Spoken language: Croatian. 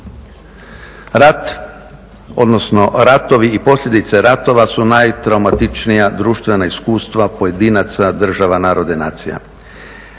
Rat, odnosno ratovi i posljedice ratova su najtraumatičnija društvena iskustava pojedinaca, država, naroda i nacija.